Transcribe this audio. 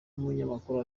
n’umunyamakuru